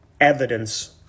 evidence